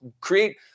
create